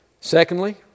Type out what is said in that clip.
Secondly